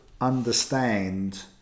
understand